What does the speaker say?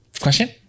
Question